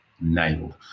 nailed